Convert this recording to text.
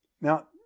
Now